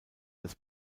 das